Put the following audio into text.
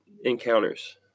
Encounters